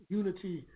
unity